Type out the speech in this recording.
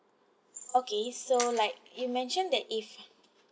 okay so like you mentioned that if